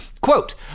quote